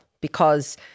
because-